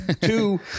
two